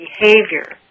behavior